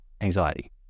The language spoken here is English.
anxiety